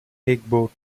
igbo